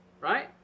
right